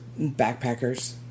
backpackers